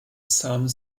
some